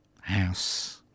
house